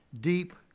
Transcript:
deep